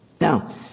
Now